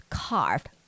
carved